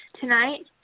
tonight